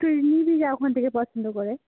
তুই নিবি যা ওখান থেকে পছন্দ করে